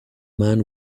man